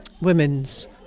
women's